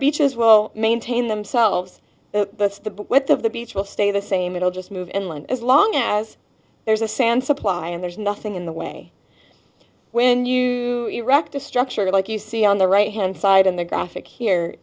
beaches well maintain themselves to what the beach will stay the same it'll just move inland as long as there's a sand supply and there's nothing in the way when you erect a structure like you see on the right hand side in the graphic here